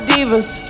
Divas